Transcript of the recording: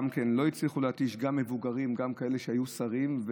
לא הצליחו להתיש גם מבוגרים, גם כאלה שהיו שרים.